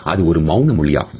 இது ஒரு மௌன மொழியாகும்